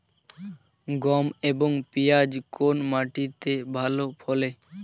গম এবং পিয়াজ কোন মাটি তে ভালো ফলে?